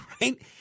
right